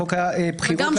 חוק הבחירות לכנסת.